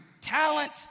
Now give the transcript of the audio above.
talent